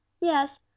Yes